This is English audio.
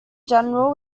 general